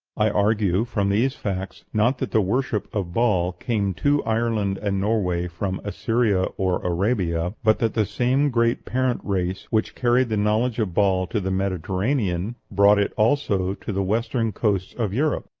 i argue from these facts, not that the worship of baal came to ireland and norway from assyria or arabia, but that the same great parent-race which carried the knowledge of baal to the mediterranean brought it also to the western coasts of europe,